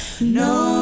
No